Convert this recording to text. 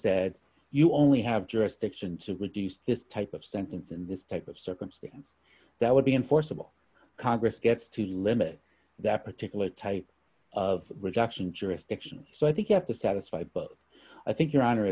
said you only have jurisdiction to produce this type of sentence in this type of circumstance that would be enforceable congress gets to limit that particular type of production jurisdiction so i think you have to satisfy both i think your honor